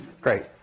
Great